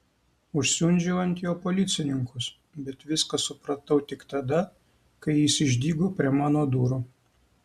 užsiundžiau ant jo policininkus bet viską supratau tik tada kai jis išdygo prie mano durų